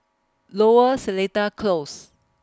Lower Seletar Close